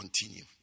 continue